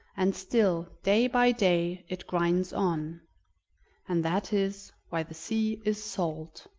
and still, day by day, it grinds on and that is why the sea is salt.